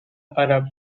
arab